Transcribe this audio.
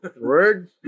Word